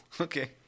Okay